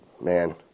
man